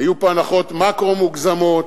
היו פה הנחות מקרו מוגזמות,